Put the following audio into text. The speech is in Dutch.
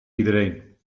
iedereen